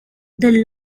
the